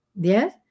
Yes